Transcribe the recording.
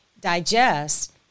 digest